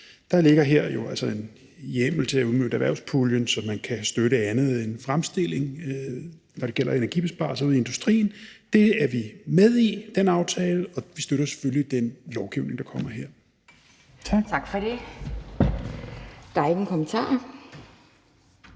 jo altså en hjemmel til at udmønte erhvervspuljen, så man kan støtte andet end fremstilling, når det gælder energibesparelser ude i industrien. Den aftale er vi med i, og vi støtter selvfølgelig den lovgivning, der kommer her. Tak. Kl. 12:08 Anden næstformand